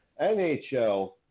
NHL